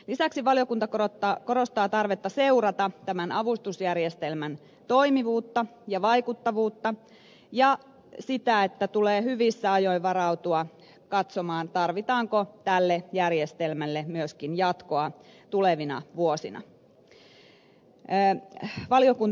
lisäksi valiokunta korostaa tarvetta seurata tämän avustusjärjestelmän toimivuutta ja vaikuttavuutta ja sitä että tulee hyvissä ajoin varautua katsomaan tarvitaanko tälle järjestelmälle myöskin jatkoa tulevina vuosina